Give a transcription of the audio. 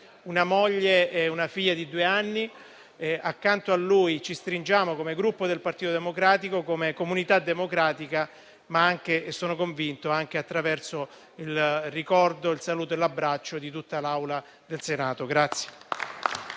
una moglie e una figlia di due anni. Accanto a lui ci stringiamo come Gruppo Partito Democratico, come comunità democratica, ma sono convinto che lo faremo anche attraverso il ricordo, il saluto e l'abbraccio di tutta l'Assemblea del Senato.